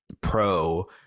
Pro